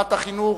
ברמת החינוך,